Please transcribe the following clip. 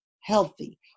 healthy